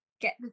get